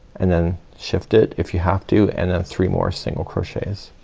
and then shift it if you have to and then three more single crochets.